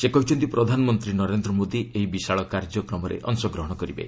ସେ କହିଛନ୍ତି ପ୍ରଧାନମନ୍ତ୍ରୀ ନରେନ୍ଦ୍ର ମୋଦୀ ଏହି ବିଶାଳ କାର୍ଯ୍ୟକ୍ରମରେ ଅଂଶଗ୍ରହଣ କରିବେ